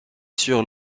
sur